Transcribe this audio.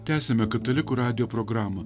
tęsiame katalikų radijo programą